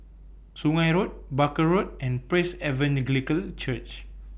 Sungei Road Barker Road and Praise Evangelical Church